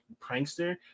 prankster